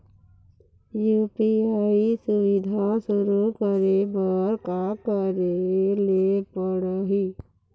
UPI सुविधा शुरू करे बर का करे ले पड़ही?